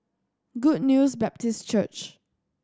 Good News Baptist Church